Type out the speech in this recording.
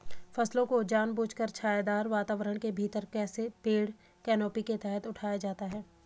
फसलों को जानबूझकर छायादार वातावरण के भीतर पेड़ कैनोपी के तहत उठाया जाता है